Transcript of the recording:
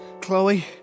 Chloe